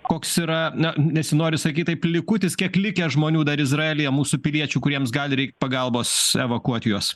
koks yra na nesinori sakyt taip likutis kiek likę žmonių dar izraelyje mūsų piliečių kuriems gali reik pagalbos evakuot juos